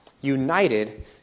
united